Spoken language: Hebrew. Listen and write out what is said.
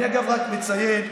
כבוד השר אלי כהן, אני מבקש.